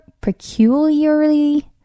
peculiarly